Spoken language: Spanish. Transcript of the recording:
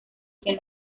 quien